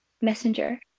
messenger